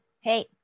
hey